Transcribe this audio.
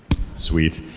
sweet.